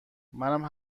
منم